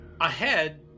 Ahead